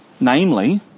Namely